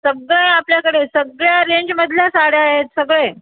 सगळं आहे आपल्याकडे सगळ्या रेंजमधल्या साड्या आहेत सगळे